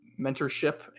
mentorship